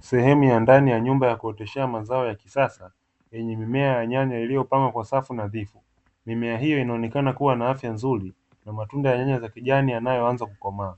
Sehemu ya ndani ya nyumba ya kuoteshea mazao ya kisasa, yenye mimea ya nyanya iliyopangwa kwa safu nadhifu, mimea hiyo inaonekana kuwa na afya nzuri na matunda ya nyanya za kijani yanayoanza kukomaa.